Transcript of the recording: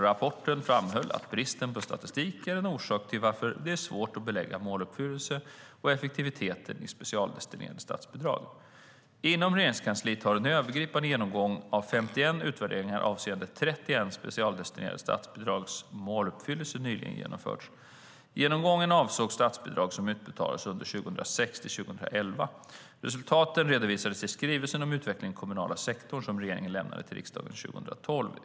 Rapporten framhöll att bristen på statistik är en orsak till varför det är svårt att belägga måluppfyllelsen och effektiviteten i de specialdestinerade statsbidragen. Inom Regeringskansliet har en övergripande genomgång av 51 utvärderingar avseende 31 specialdestinerade statsbidrags måluppfyllelse nyligen genomförts. Genomgången avsåg statsbidrag som utbetalades under åren 2006-2011. Resultatet redovisades i skrivelsen om utvecklingen i den kommunala sektorn som regeringen lämnade till riksdagen 2012.